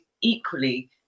equally